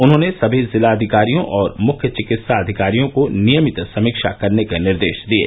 उन्होंने समी जिलाधिकारियों और मुख्य चिकित्साधिकारियों को नियमित समीक्षा करने के निर्देश दिये